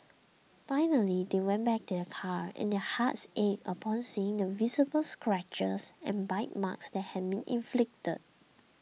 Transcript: finally they went back to their car and their hearts ached upon seeing the visible scratches and bite marks that had been inflicted